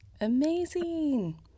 Amazing